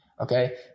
Okay